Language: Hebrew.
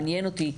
מעניין אותי.